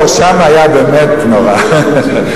שם היה באמת נורא.